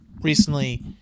Recently